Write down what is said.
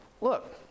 look